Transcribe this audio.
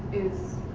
is,